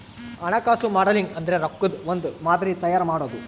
ಹಣಕಾಸು ಮಾಡೆಲಿಂಗ್ ಅಂದ್ರೆ ರೊಕ್ಕದ್ ಒಂದ್ ಮಾದರಿ ತಯಾರ ಮಾಡೋದು